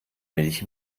milch